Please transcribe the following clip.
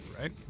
right